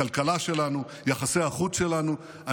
הכלכלה שלנו,